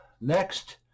Next